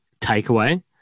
takeaway